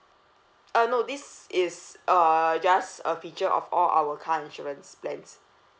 uh no this is uh just a feature of all our car insurance plans